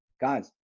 guys